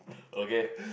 okay